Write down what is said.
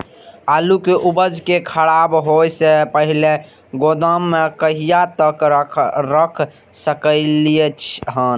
आलु के उपज के खराब होय से पहिले गोदाम में कहिया तक रख सकलिये हन?